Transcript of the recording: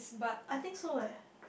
I think so leh